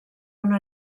una